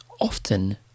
often